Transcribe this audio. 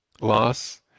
loss